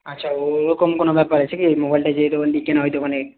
আচ্ছা ওইরকম কোন ব্যাপার আছে কি মোবাইলটা যে দোকান থেকে কেনা ওই দোকানে